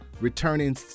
returning –